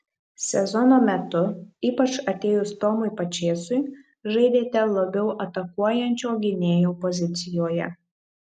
sezono metu ypač atėjus tomui pačėsui žaidėte labiau atakuojančio gynėjo pozicijoje